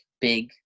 big